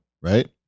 right